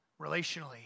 relationally